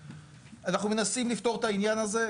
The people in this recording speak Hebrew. אנחנו מנסים לפתור את העניין הזה,